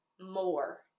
more